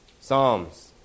Psalms